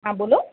હા બોલો